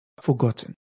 forgotten